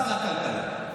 שר הכלכלה.